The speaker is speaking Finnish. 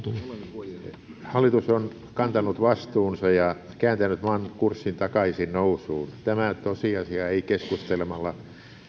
hallitus on kantanut vastuunsa ja kääntänyt maan kurssin takaisin nousuun tämä tosiasia ei keskustelemalla